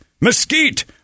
Mesquite